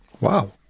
Wow